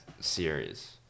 series